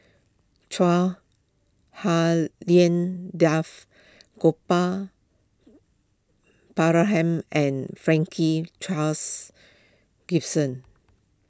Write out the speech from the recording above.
Chua Hak Lien Dave Gopal Baratham and Franklin Charles Gimson